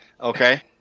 Okay